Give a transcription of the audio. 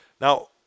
Now